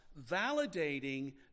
validating